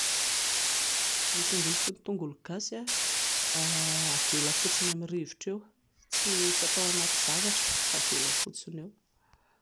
Ny tongolo sy ny tongolo gasy avela fotsiny amin'ny rivotra eo, tsy hatao anaty zavatra fa avela fotsiny eo